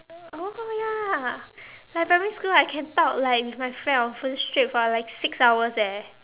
oh ya like primary school I can talk like with my friend on phone straight for like six hours eh